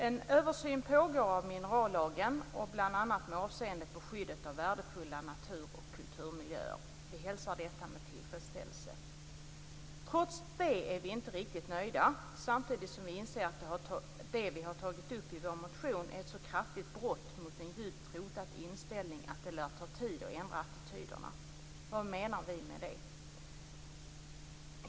En översyn pågår av minerallagen, bl.a. med avseende på skyddet för värdefulla natur och kulturmiljöer. Vi hälsar detta med tillfredsställelse. Trots det är vi inte riktigt nöjda, samtidigt som vi inser att det vi har tagit upp i vår motion är ett så kraftigt brott mot en djupt rotad inställning att det lär ta tid att ändra attityderna. Vad menar vi då med det?